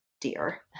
dear